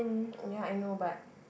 ya I know but